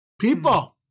People